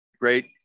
great